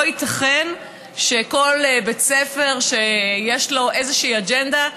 לא ייתכן שכל בית ספר שיש לו איזה אג'נדה,